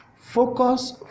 Focus